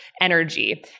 energy